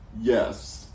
Yes